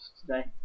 today